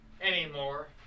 anymore